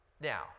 Now